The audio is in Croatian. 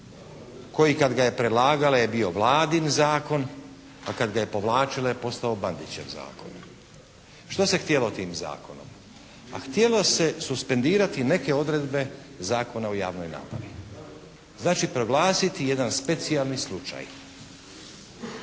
koji kad ga je predlagala je bio Vladin zakon, a kad ga je povlačila je postupao Bandićev zakon. Što se htjelo tim zakonom? A htjelo se suspendirati neke odredbe Zakona o javnoj nabavi. Znači proglasiti jedan specijalni slučaj,